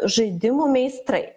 žaidimų meistrai